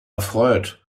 erfreut